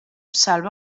salva